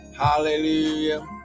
Hallelujah